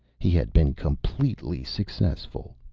he had been completely successful.